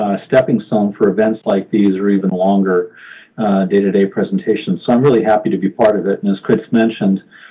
steppingstone, for events like these or even longer day-to-day presentations. so i'm really happy to be part of it. and as chris mentioned,